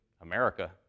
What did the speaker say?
America